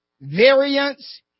variance